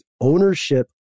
ownership